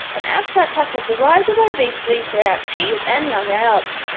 an app that tackles the rise of obesity throughout teens and young adults.